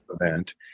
event